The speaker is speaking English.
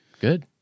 Good